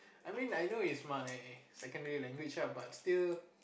I mean I know is my secondary language lah but still